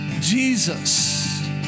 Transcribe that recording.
Jesus